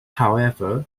however